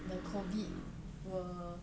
the COVID will